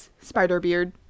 Spider-Beard